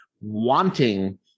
wanting